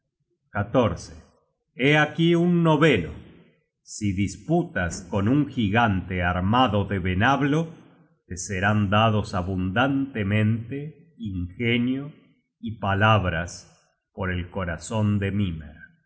mujer hé aquí un noveno si disputas con un gigante armado de venablo te serán dados abundantemente ingenio y palabras por el corazon de mimer